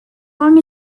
long